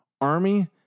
Army